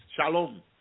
shalom